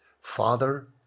father